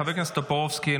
חבר הכנסת טופורובסקי,